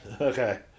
Okay